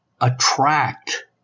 attract